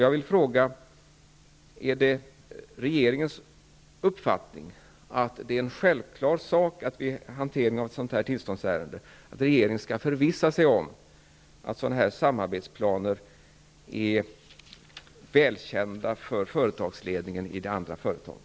Jag vill fråga: Är det regeringens uppfattning att det är en självklar sak att regeringen vid hanteringen av ett sådant här tillståndsärende skall förvissa sig om att sådana här samarbetsplaner är välkända för företagsledningen i det andra företaget?